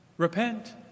Repent